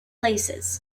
places